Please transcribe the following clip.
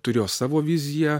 turėjo savo viziją